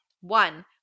One